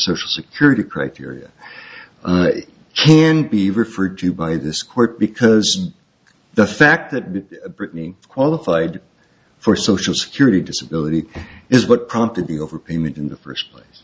social security criteria can be referred to by this court because the fact that britney qualified for social security disability is what prompted the overpayment in the first place